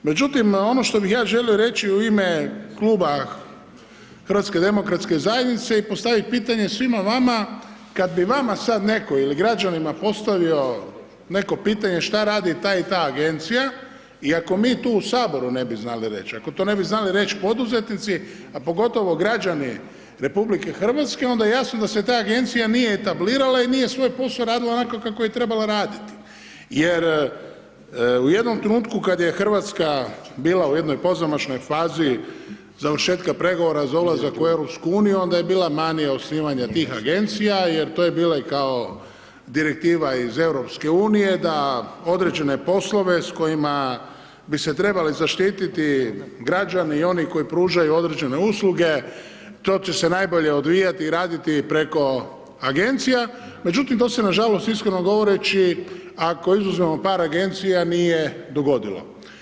Međutim ono što bih ja želio reći u ime kluba HDZ-a i postaviti potanje svima vama, kad bi vama sad netko ili građanima postavio neko pitanje šta radi ta i ta agencija, i ako mi u tu u Saboru znali reći, ako to ne bi znali reći poduzetnici, a pogotovo građani RH onda jasno da se ta agencija nije etablirala i nije svoj posao radila onako kako je trebala raditi jer u jednom trenutku kad je Hrvatska bila u jednoj pozamašnoj fazi završetka pregovora za ulazak u EU-u, onda je bila manija osnivanja tih agencija jer to je bilo i kao direktiva iz EU-a da određene poslove s kojima bi se trebale zaštititi građani i oni koji pružaju određene usluge, to će se najbolje odvijati i raditi preko agencija međutim to se nažalost iskreno govoreći, ako izuzmemo par agencija, nije dogodilo.